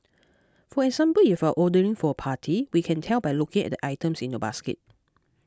for example if you're ordering for a party we can tell by looking at the items in your basket